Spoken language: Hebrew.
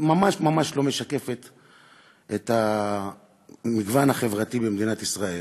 ממש-ממש לא משקפת את המגוון החברתי במדינת ישראל,